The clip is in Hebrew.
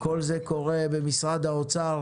כל זה קורה במשרד האוצר,